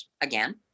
again